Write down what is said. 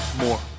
more